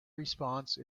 response